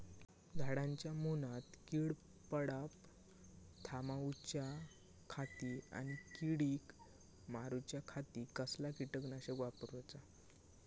झाडांच्या मूनात कीड पडाप थामाउच्या खाती आणि किडीक मारूच्याखाती कसला किटकनाशक वापराचा?